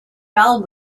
bowel